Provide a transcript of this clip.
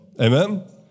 Amen